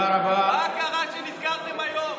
מה קרה שנזכרתם היום?